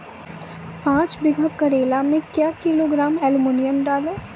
पाँच बीघा करेला मे क्या किलोग्राम एलमुनियम डालें?